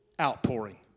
outpouring